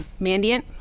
Mandiant